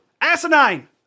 Asinine